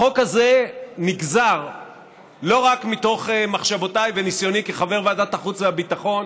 החוק הזה נגזר לא רק מתוך מחשבותיי וניסיוני כחבר ועדת החוץ והביטחון,